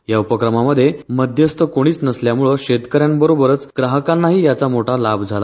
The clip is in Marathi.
या उपक्रमामध्ये मध्यस्थ कोणीच नसल्यामुळे शेतकऱ्यांबरोबरच ग्राहकांनाही याचा मोठा लाभ झाला